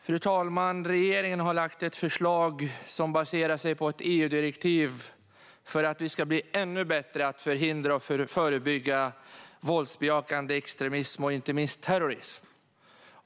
Fru talman! Regeringen har lagt fram ett förslag som baseras på ett EU-direktiv för att vi ska bli ännu bättre på att förhindra och förebygga våldsbejakande extremism och terrorism.